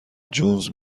جونز